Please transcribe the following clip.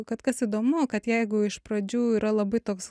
kad kas įdomu kad jeigu iš pradžių yra labai toks